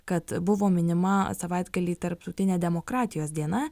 kad buvo minima savaitgalį tarptautinė demokratijos diena